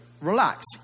relax